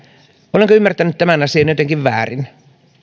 olenko ymmärtänyt tämän asian jotenkin väärin